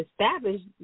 established